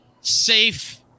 Safe